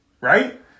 right